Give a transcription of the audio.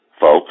folks